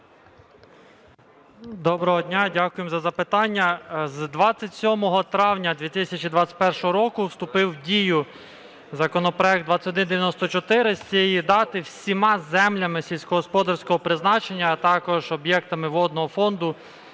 Доброго дня. Дякую за запитання. З 27 травня 2021 року вступив в дію законопроект 2194. З цієї дати всіма землями сільськогосподарського призначення, а також об'єктами водного фонду